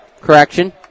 correction